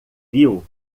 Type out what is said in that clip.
viu